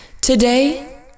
Today